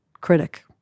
critic